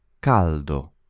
caldo